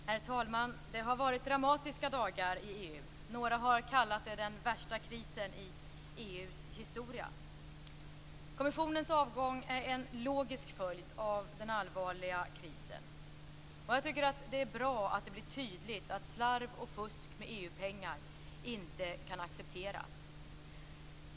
Herr talman! Det har varit dramatiska dagar i EU. Några har kallat det inträffade den värsta krisen i EU:s historia. Kommissionens avgång är en logisk följd av den allvarliga krisen. Jag tycker att det är bra att det blir tydligt att slarv och fusk med EU-pengar inte kan accepteras.